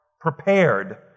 prepared